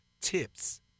tips